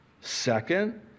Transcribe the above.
Second